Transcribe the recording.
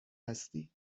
هستی